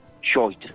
Short